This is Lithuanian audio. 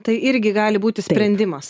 tai irgi gali būti sprendimas